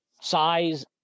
size